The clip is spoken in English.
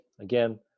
again